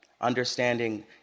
understanding